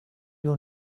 your